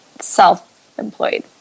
self-employed